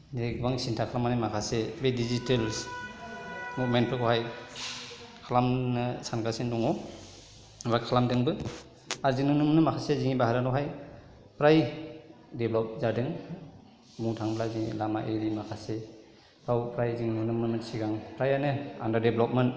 दिनै गोबां सिन्था खालामानानै माखासे बे डिजिटेल्स मुभमेन्टफोरखौहाय खालामनो सानगासिनो दङ ओमफ्राय खालामदोंबो आरो जोंनि जि माखासे भारतआवहाय फ्राय डेभेलप जादों बुंनो थाङोब्ला जोंनि लामा इरि माखासेफ्राव फ्राय जों नुनो मोनोमोन सिगां फ्रायानो आन्डार डेभेलपमोन